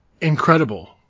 incredible